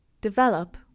Develop